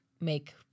make